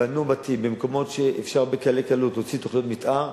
שבנו בתים במקומות שאפשר בקלי קלות להוציא תוכניות מיתאר,